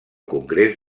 congrés